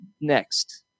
next